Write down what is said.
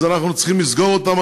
אז אנחנו צריכים לסגור אותם,